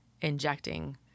injecting